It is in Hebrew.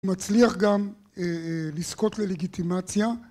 הוא מצליח גם לזכות ללגיטימציה